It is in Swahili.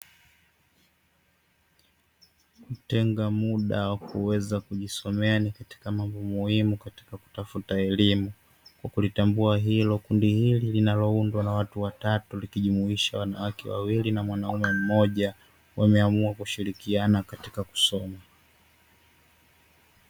Kutenga mda wa kuweza kujisomea nikatika mambo muhimu katika kutafuta elimu, kwakulitambua hilo kundi hili linaloundwa na watu watatu likijumuisha wanawake wawili na mwanaume mmoja wameamua kushirikiana katika kusoma.